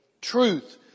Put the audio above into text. truth